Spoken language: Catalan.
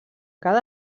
cada